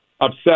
upset